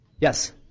Yes